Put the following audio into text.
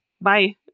Bye